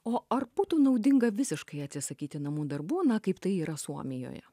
o ar būtų naudinga visiškai atsisakyti namų darbų na kaip tai yra suomijoje